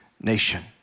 nation